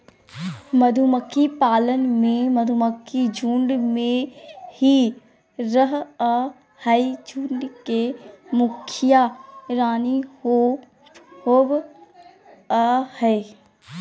मधुमक्खी पालन में मधुमक्खी झुंड में ही रहअ हई, झुंड के मुखिया रानी होवअ हई